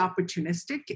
opportunistic